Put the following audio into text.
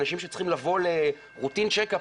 אנשים שצריכים לבוא ל-routine checkup.